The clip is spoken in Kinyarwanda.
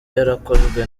yarakozwe